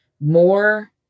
more